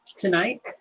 tonight